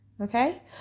Okay